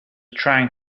trying